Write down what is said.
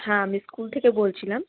হ্যাঁ আমি স্কুল থেকে বলছিলাম